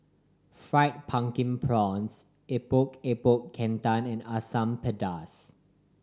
Fried Pumpkin Prawns Epok Epok Kentang and Asam Pedas